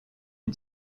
une